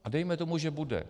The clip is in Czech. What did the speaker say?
A dejme tomu, že bude.